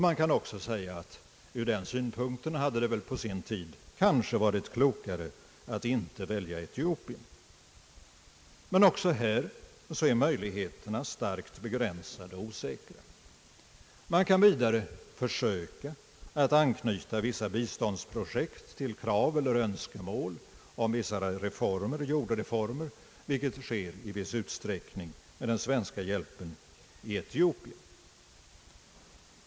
Man kan också säga att det från den synpunkten på sin tid kanske hade varit klokare att inte välja Etiopien. Men också här är möjligheterna starkt begränsade och osäkra. Man kan vidare försöka att anknyta vissa biståndsprojekt till krav eller önskemål om vissa jordreformer, vilket sker i viss utsträckning med den svenska hjälpen till Etiopien.